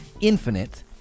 Infinite